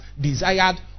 desired